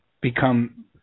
become